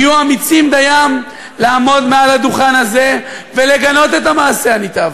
יהיו אמיצים דיים לעמוד מעל הדוכן הזה ולגנות את המעשה הנתעב.